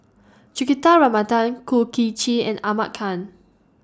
Juthika Kum Kin Chee and Ahmad Khan